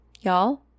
Y'all